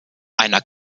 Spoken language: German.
einer